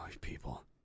people